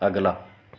अगला